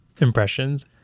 impressions